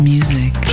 Music